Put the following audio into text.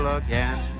again